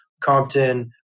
Compton